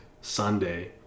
sunday